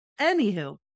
Anywho